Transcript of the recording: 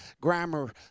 grammar